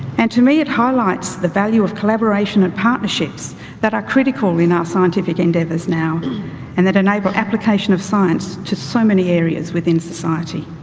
and to me it highlights the value of collaboration and partnerships that are critical in our scientific endeavors now and that enable application of science to so many areas within society.